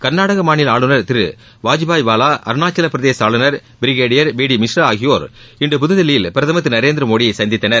கர்நாடக மாநில ஆளுநர் திரு வாஜூபாய் வாலா அருணாச்சலப் பிரதேச ஆளுநர் பிரிகேடியர் பி டி மிஸ்ரா ஆகியோர் இன்று புதுதில்லியில் பிரதமர் திரு நரேந்திரமோடியை சந்தித்தனர்